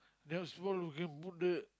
there's one you can put the